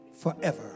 forever